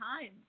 time